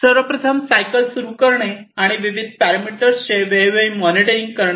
सर्व प्रथम सायकल सुरू करणे आणि विविध पॅरामीटर्सचे वेळोवेळी मॉनिटरिंग करणे